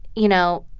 you know,